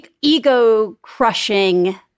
ego-crushing